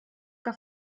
que